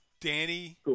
Danny